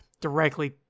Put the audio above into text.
directly